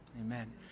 Amen